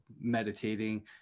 meditating